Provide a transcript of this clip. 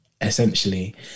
Essentially